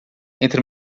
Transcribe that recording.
entre